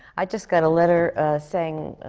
i just got a letter saying,